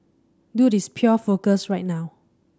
dude is pure focus right now